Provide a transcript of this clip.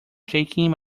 shaking